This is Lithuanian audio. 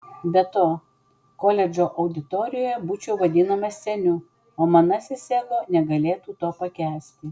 be to koledžo auditorijoje būčiau vadinamas seniu o manasis ego negalėtų to pakęsti